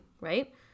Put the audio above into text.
right